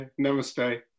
namaste